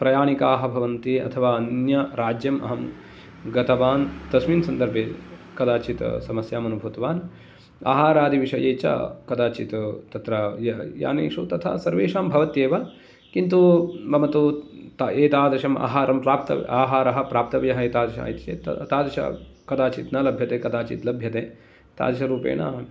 प्रयानिकाः भवन्ति अथवा अन्य राज्यं अहं गतवान् तस्मिन् सन्दर्भे कदाचित् समस्याम् अनुभूतवान् आहारादि विषये च कदाचित् तत्र यानेषु तथा सर्वेषां भवत्येव किन्तु मम तु ता एतादृशं आहारं प्राप्तं आहाराः प्राप्तव्याः एतादृशः इति चेत् तादृश कदाचित् न लभ्यते कदाचित् लभ्यते तादृश रूपेण